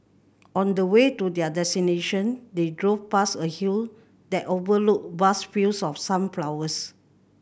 on the way to their destination they drove past a hill that overlooked vast fields of sunflowers